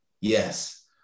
Yes